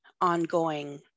ongoing